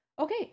Okay